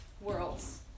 worlds